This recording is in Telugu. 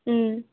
మ్మ్